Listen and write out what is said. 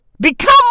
become